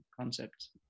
concepts